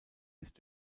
ist